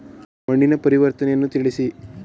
ಮಣ್ಣಿನ ಪರಿವರ್ತನೆಯನ್ನು ತಿಳಿಸಿ?